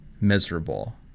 miserable